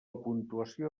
puntuació